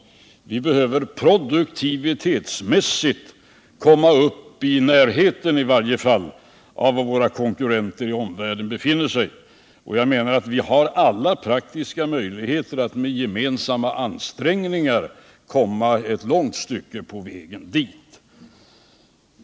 Vi behöver produktivitetsmässigt komma i varje fall i närheten av våra konkurrenter i omvärlden, och jag menar att vi har alla praktiska möjligheter att med gemensamma ansträngningar komma ett långt stycke på vägen dit.